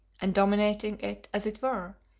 and dominating it, as it were,